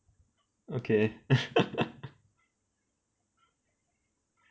okay